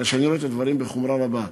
הרי שאני רואה את הדברים בחומרה רבה.